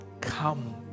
come